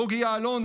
בוגי יעלון,